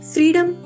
Freedom